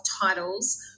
titles